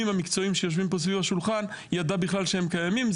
המקצועיים שיושבים פה סביב השולחן ידע בכלל שהם קיימים.